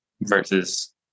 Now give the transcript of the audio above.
versus